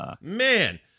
Man